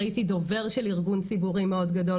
ראיתי דובר של ארגון ציבורי מאוד גדול